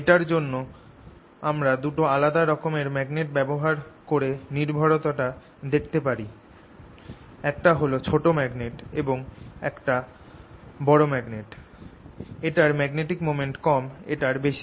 এটার জন্য আমরা দুটো আলাদা রকমের ম্যাগনেট ব্যবহার করে নির্ভরতা টা দেখাতে পারিঃ একটা হল ছোট ম্যাগনেট এবং এটা একটা বড় ম্যাগনেট এটার ম্যাগনেটিক মোমেন্ট কম এটার বেশি